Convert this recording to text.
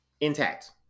intact